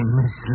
Miss